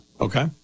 Okay